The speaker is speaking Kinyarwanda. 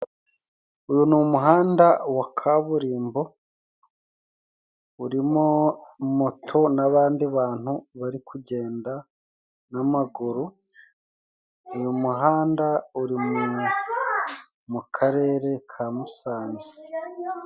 Uyu ni umuhanda wa kaburimbo, urimo moto n'abandi bantu bari kugenda n'amaguru, uyu muhanda uri mu Karere ka Musanze.